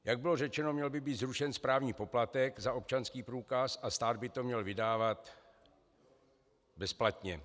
Jak bylo řečeno, měl by být zrušen správní poplatek za občanský průkaz a stát by to měl vydávat bezplatně.